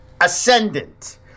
ascendant